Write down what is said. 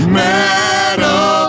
metal